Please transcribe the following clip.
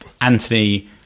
Anthony